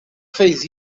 fez